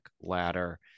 ladder